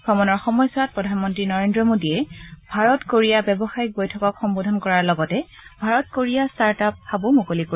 ভ্ৰমণৰ সময়ছোৱাত প্ৰধানমন্ত্ৰী নৰেন্দ্ৰ মোদীয়ে ভাৰত কোৰিয়া ব্যৱসায়িক বৈঠকক সম্বোধন কৰাৰ লগতে ভাৰত কোৰিয়া ষ্টাৰ্ট আপ হাবো মুকলি কৰিব